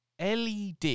LED